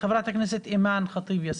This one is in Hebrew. חברת הכנסת אימאן ח'טיב יאסין.